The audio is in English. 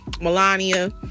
melania